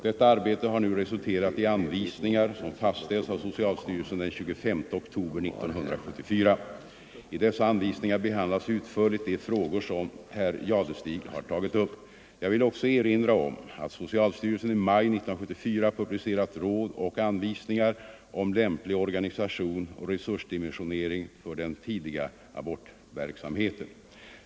Detta arbete har nu resulterat i anvisningar som fastställts av socialstyrelsen den 25 oktober 1974. I dessa anvisningar behandlas utförligt de frågor som herr Jadestig har tagit upp. Jag vill också erinra om att socialstyrelsen i maj 1974 publicerat råd och anvisningar om lämplig organisation och resursdimensionering för den tidiga abortverksamheten.